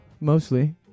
mostly